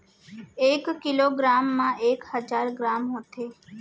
एक kilogram मा एक हजार ग्राम होथे